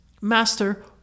Master